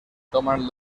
toman